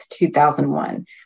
2001